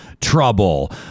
trouble